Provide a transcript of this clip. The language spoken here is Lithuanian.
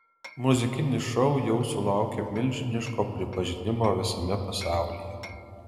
muzikinis šou jau sulaukė milžiniško pripažinimo visame pasaulyje